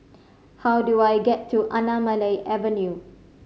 how do I get to Anamalai Avenue